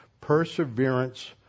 perseverance